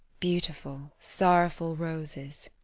beautiful, sorrowful roses!